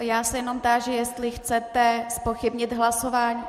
Já se jenom táži, jestli chcete zpochybnit hlasování.